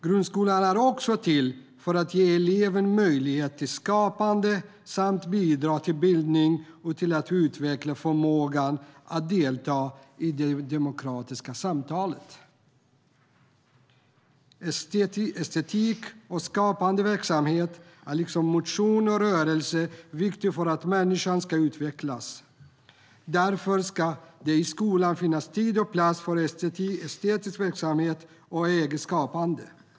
Grundskolan är också till för att ge eleven möjlighet till skapande samt bidra till bildning och till att utveckla förmågan att delta i det demokratiska samtalet. Estetisk och skapande verksamhet är liksom motion och rörelse viktiga för att människan ska utvecklas. Därför ska det finnas tid och plats för estetisk verksamhet och eget skapande i skolan.